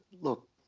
look